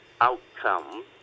outcome